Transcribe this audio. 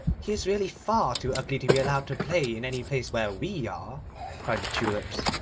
he is really far too ugly to be allowed to play in any place where we are cried the tulips.